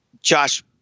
Josh